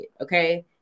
Okay